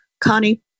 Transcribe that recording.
Connie